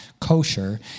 kosher